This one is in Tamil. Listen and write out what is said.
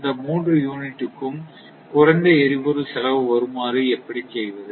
இந்த மூன்று யூனிட்டுக்கும் குறைந்த எரிபொருள் செலவு வருமாறு எப்படி செய்வது